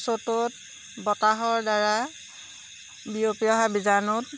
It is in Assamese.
চ'তত বতাহৰ দ্বাৰা বিয়পি অহা বীজাণুত